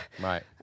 right